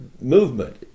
movement